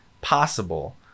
possible